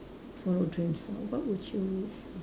follow dreams what would you risk